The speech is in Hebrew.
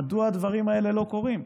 מדוע הדברים האלה לא קורים.